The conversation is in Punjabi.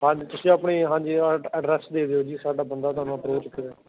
ਹਾਂਜੀ ਤੁਸੀਂ ਆਪਣੇ ਹਾਂਜੀ ਐ ਐਡਰੈਸ ਦੇ ਦਿਓ ਜੀ ਸਾਡਾ ਬੰਦਾ ਤੁਹਾਨੂੰ ਅਪਰੋਚ ਕਰੇਗਾ